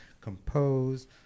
compose